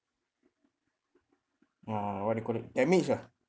uh what do you call it damaged lah